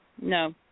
no